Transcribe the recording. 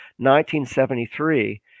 1973